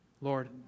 Lord